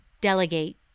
delegate